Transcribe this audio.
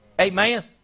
Amen